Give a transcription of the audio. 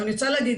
אני רוצה להגיד,